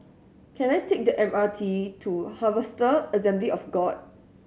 can I take the M R T to Harvester Assembly of God